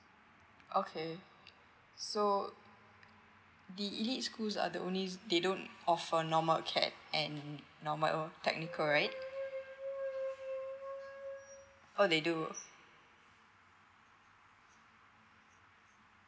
okay so the elite schools are the only they don't offer normal aca and normal uh technical right oh they do